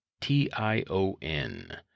T-I-O-N